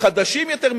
חדשים יותר,